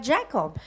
Jacob